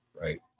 right